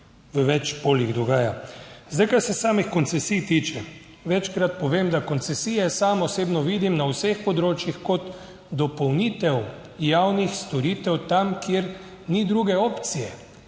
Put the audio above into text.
v več poljih dogaja. Zdaj, kar se samih koncesij tiče, večkrat povem, da koncesije sam osebno vidim na vseh področjih kot dopolnitev javnih storitev tam kjer ni druge opcije.